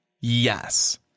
Yes